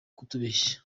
kutubeshya